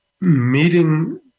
meeting